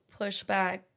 pushback